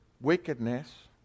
wickedness